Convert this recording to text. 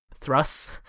thrusts